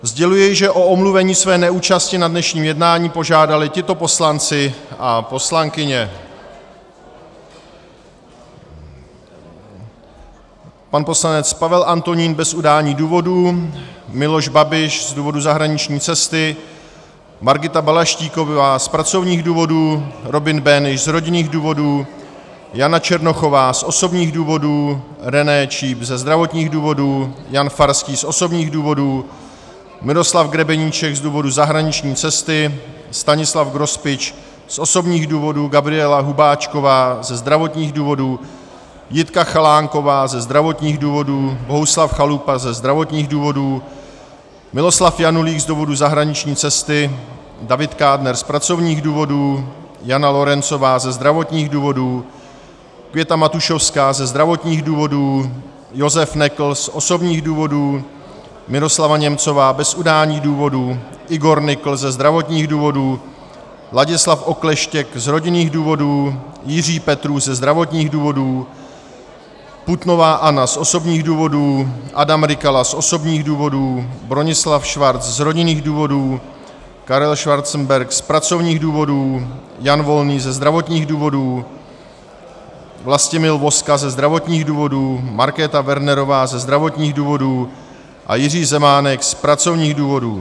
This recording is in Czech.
Sděluji, že o omluvení své neúčasti na dnešním jednání požádali tito poslanci a poslankyně: pan poslanec Pavel Antonín bez udání důvodu, Miloš Babiš z důvodu zahraniční cesty, Margita Balaštíková z pracovních důvodů, Robin Böhnisch z rodinných důvodů, Jana Černochová z osobních důvodů, René Číp ze zdravotních důvodů, Jan Farský z osobních důvodů, Miroslav Grebeníček z důvodů zahraniční cesty, Stanislav Grospič z osobních důvodů, Gabriela Hubáčková ze zdravotních důvodů, Jitka Chalánková ze zdravotních důvodů, Bohuslav Chalupa ze zdravotních důvodů, Miloslav Janulík z důvodů zahraniční cesty, David Kádner z pracovních důvodů, Jana Lorencová ze zdravotních důvodů, Květa Matušovská ze zdravotních důvodů, Josef Nekl z osobních důvodů, Miroslava Němcová bez udání důvodu, Igor Nykl ze zdravotních důvodů, Ladislav Okleštěk z rodinných důvodů, Jiří Petrů ze zdravotních důvodů, Putnová Anna z osobních důvodů, Adam Rykala z osobních důvodů, Bronislav Schwarz z rodinných důvodů, Karel Schwarzenberg z pracovních důvodů, Jan Volný ze zdravotních důvodů, Vlastimil Vozka ze zdravotních důvodů, Markéta Wernerová ze zdravotních důvodů a Jiří Zemánek z pracovních důvodů.